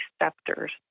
receptors